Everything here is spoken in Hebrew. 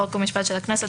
חוק ומשפט של הכנסת,